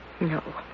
No